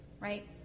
right